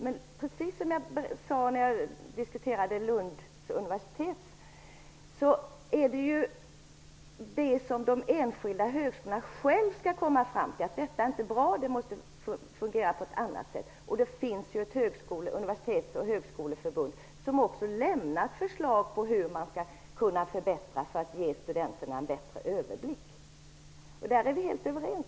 Men precis som jag sade när jag diskuterade Lunds universitet är ju detta det som de enskilda högskolorna själva skall komma fram till. De skall själva komma fram till att detta inte är bra och till att det måste fungera på ett annat sätt. Det finns ju ett universitets och högskoleförbund som också har lämnat förslag på hur man skall kunna förbättra för att ge studenterna bättre överblick. Där är vi helt överens.